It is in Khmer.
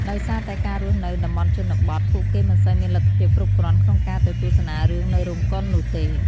ដោយសារតែការរស់នៅនៅតំបន់ជនបទ ពួកគេមិនសូវមានលទ្ធភាពគ្រប់គ្រាន់ក្នុងការទៅទស្សនារឿងនៅរោងកុននោះទេ។